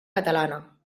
catalana